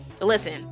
Listen